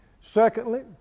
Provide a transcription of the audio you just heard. Secondly